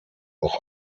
noch